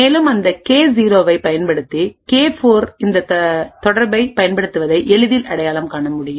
மேலும் அந்த கே0 ஐப் பயன்படுத்தி கே4 இந்த தொடர்பைப் பயன்படுத்துவதை எளிதில் அடையாளம் காண முடியும்